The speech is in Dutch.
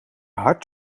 hart